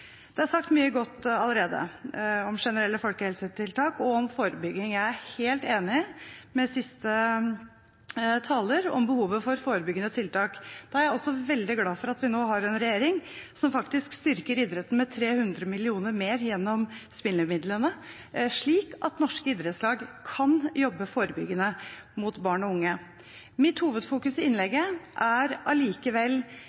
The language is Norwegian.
Det er sagt mye godt allerede om generelle folkehelsetiltak og om forebygging. Jeg er helt enig med siste taler om behovet for forebyggende tiltak. Da er jeg også veldig glad for at vi nå har en regjering som faktisk styrker idretten med 300 mill. kr mer gjennom spillemidlene, slik at norske idrettslag kan jobbe forebyggende med barn og unge. Mitt hovedfokus i